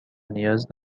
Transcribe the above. نیاز